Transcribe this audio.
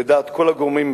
לדעת כל הגורמים,